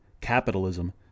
capitalism